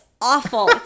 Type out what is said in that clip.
awful